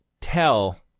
tell